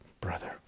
brother